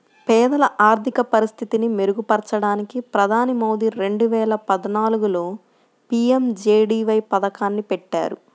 పేదల ఆర్థిక పరిస్థితిని మెరుగుపరచడానికి ప్రధాని మోదీ రెండు వేల పద్నాలుగులో పీ.ఎం.జే.డీ.వై పథకాన్ని పెట్టారు